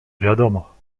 wiadomo